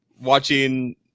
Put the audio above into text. watching